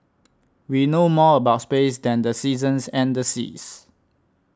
we know more about space than the seasons and the seas